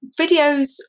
videos